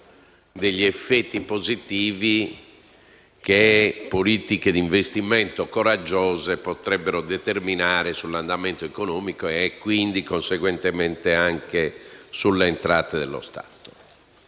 degli effetti positivi che politiche di investimento coraggiose potrebbero determinare sull'andamento economico e quindi, conseguentemente, anche sulle entrate dello Stato.